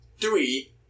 three